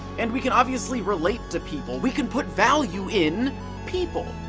and we can obviously relate to people. we can put value in people.